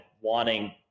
wanting